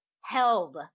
held